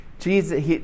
Jesus